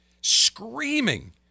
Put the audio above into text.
screaming